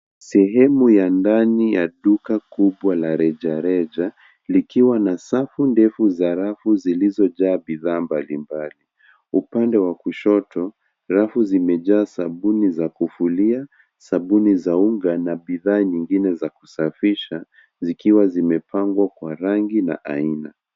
Sehemu ya ndani ya duka kubwa la rejareja, likiwa na safu ndefu za rafu zilizojaa bidhaa mbalimbali. Upande wa kushoto, rafu zimejaa sabuni za kufulia, sabuni za unga na bidhaa nyingine za kusafisha, zikiwa zimepangwa kwa rangi na aina.